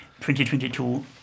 2022